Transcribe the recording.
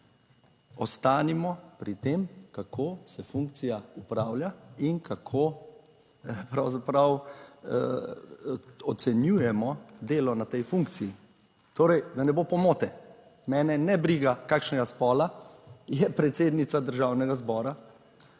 Ostanimo pri tem, kako se funkcija opravlja in kako pravzaprav ocenjujemo delo na tej funkciji. Torej, da ne bo pomote, mene ne briga kakšnega spola je predsednica Državnega zbora.